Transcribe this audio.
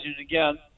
again